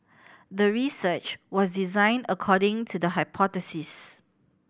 the research was designed according to the hypothesis